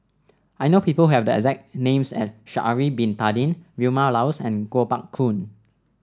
I know people have the exact names as Sha'ari Bin Tadin Vilma Laus and Kuo Pao Kun